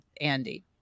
Andy